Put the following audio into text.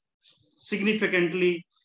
significantly